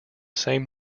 same